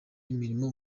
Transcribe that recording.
imirimo